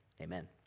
Amen